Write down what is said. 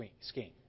scheme